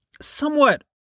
somewhat